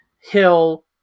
hill